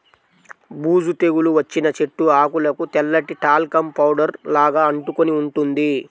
బూజు తెగులు వచ్చిన చెట్టు ఆకులకు తెల్లటి టాల్కమ్ పౌడర్ లాగా అంటుకొని ఉంటుంది